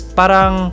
parang